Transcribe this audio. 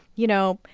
you know,